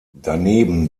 daneben